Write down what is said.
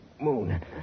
moon